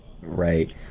Right